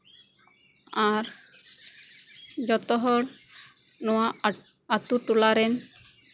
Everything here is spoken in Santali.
ᱟᱨ ᱡᱚᱛᱚ ᱦᱚᱲ ᱱᱚᱶᱟ ᱟᱛᱳ ᱴᱚᱞᱟ ᱨᱮᱱ